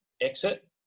exit